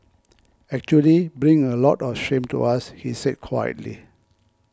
actually bring a lot of shame to us he said quietly